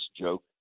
joke